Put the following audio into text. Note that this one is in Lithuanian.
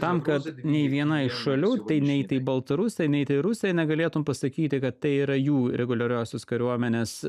tam kad nai viena iš šalių tai nei tai baltarusai nei tai rusai na galėtum pasakyti kad tai yra jų reguliariosios kariuomenės